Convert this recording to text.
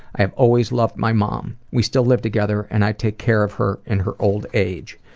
i have always loved my mom. we still live together and i take care of her in her old age.